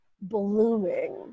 blooming